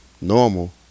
normal